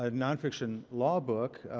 ah nonfiction law book.